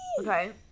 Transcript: Okay